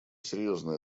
серьезная